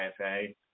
IFA